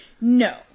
No